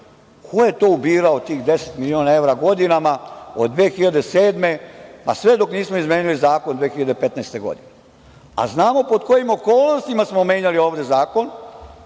ko je to ubirao tih 10 miliona evra godinama, od 2007. godine pa sve dok nismo izmenili zakon 2015. godine? A znamo pod kojim okolnostima smo menjali ovde zakon,